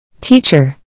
Teacher